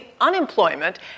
unemployment